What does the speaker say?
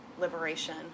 liberation